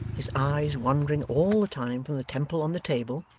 his eyes wandering all the time from the temple on the table,